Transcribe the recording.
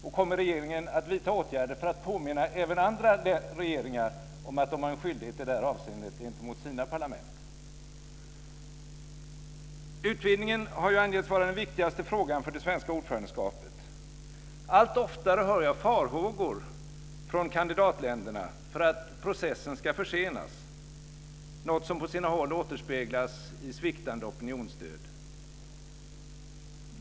Och kommer regeringen att vidta åtgärder för att påminna även andra regeringar om att de har en skyldighet i det här avseendet gentemot sina parlament? Utvidgningen har ju angivits vara den viktigaste frågan för det svenska ordförandeskapet. Allt oftare hör jag farhågor från kandidatländerna om att processen ska försenas - något som på sina håll återspeglas i sviktande opinionsstöd.